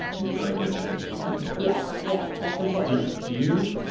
and do i get enough recovery in there? yeah yeah that's important do you,